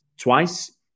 Twice